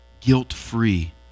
Guilt-free